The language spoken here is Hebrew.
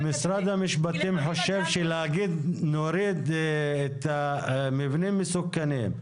משרד המשפטים חושב שלהוריד את המבנים המסוכנים,